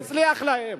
הצליח להם.